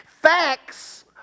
Facts